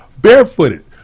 Barefooted